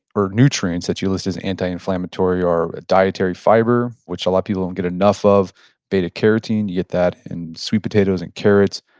or nutrients that you list is antiinflammatory or dietary fiber, which a lot of people don't get enough of beta carotene, you get that in sweet potatoes and carrots.